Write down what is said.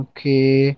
Okay